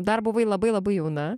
dar buvai labai labai jauna